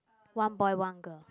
one boy one girl